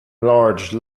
large